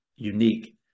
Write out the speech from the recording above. unique